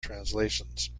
translations